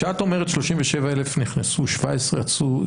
כשאת אומרת 37,000 נכנסו ו-17,000 יצאו,